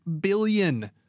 billion